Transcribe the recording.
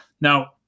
Now